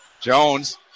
Jones